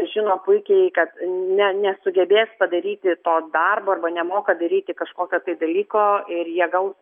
žino puikiai kad ne nesugebės padaryti to darbo arba nemoka daryti kažkokio dalyko ir jie gaus